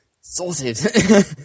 Sorted